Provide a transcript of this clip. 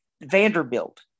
Vanderbilt